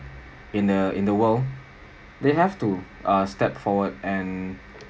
in the in the world they have to uh step forward and